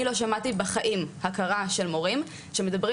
אני לא שמעתי בחיים הכרה של מורים שמדברים